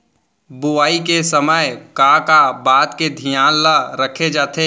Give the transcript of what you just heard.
बुआई के समय का का बात के धियान ल रखे जाथे?